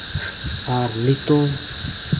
ᱟᱨ ᱱᱤᱛᱚᱜ